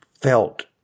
felt